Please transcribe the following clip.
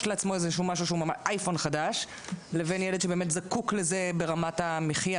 לעצמו אייפון חדש ובין ילד שזקוק לזה ברמת המחיה?